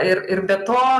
ir ir be to